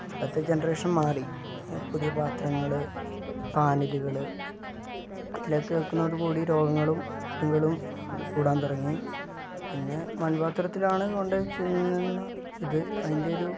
ഇപ്പത്തെ ജൻറേഷൻ മാറി പുതിയ പാത്രങ്ങള് പാനലുകൾ ഇതിലൊക്കെ വെക്കുന്നതോടുകൂടി രോഗങ്ങളും കൂട്ടങ്ങളും കൂടാൻ തുടങ്ങി പിന്നെ മൺപാത്രത്തിലാണ് കൊണ്ട് വെച്ച് ഇത് അതിൻ്റെ ഒരു